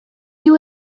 you